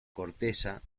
corteza